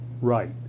right